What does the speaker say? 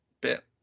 bit